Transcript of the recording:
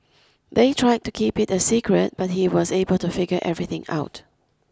they tried to keep it a secret but he was able to figure everything out